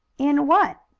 in what?